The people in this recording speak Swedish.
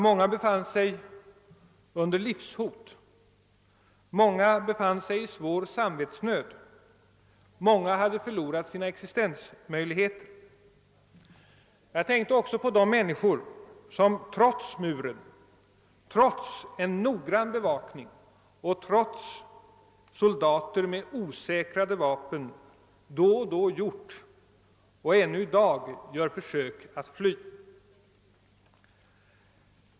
Många befann sig under livshot, många befann sig i svår samvetsnöd och många hade förlorat sina existensmöjligheter. Jag tänkte också på de människor, som trots muren, trots en noggrann bevakning och trots soldater med osäkrade vapen då och då gjort och ännu i dag gör försök att fly.